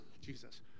jesus